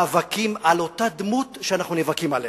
את המאבקים על אותה דמות שאנחנו נאבקים עליה.